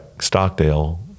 Stockdale